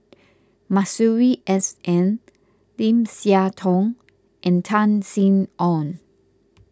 Masuri S N Lim Siah Tong and Tan Sin Aun